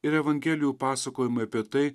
ir evangelijų pasakojimai apie tai